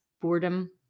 boredom